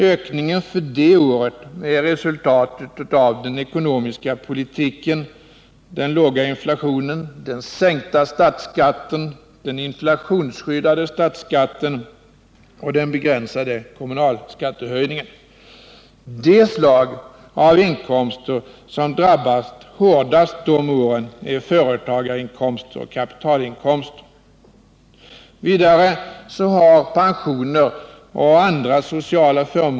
Ökningen för det året är ett resultat av regeringens ekonomiska politik: den låga inflationen, den sänkta statsskatten, den inflationsskyddade statsskatten och den begränsade kommunalskattehöjningen. Det slag av inkomster som drabbats hårdast de åren är företagarinkomster och kapitalinkomster.